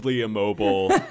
immobile